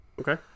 okay